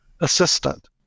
assistant